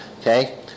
Okay